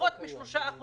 פחות מ-3%